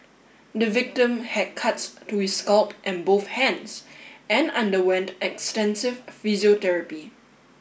the victim had cuts to his scalp and both hands and underwent extensive physiotherapy